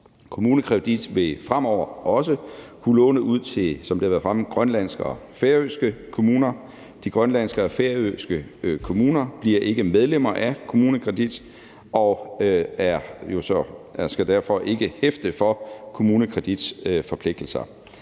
været fremme, fremover også kunne låne ud til grønlandske og færøske kommuner. De grønlandske og færøske kommuner bliver ikke medlemmer af KommuneKredit og skal derfor ikke hæfte for KommuneKredits forpligtelser.